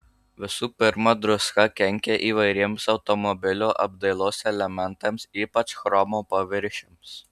visų pirma druska kenkia įvairiems automobilio apdailos elementams ypač chromo paviršiams